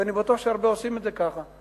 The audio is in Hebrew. ואני בטוח שהרבה עושים את זה ככה,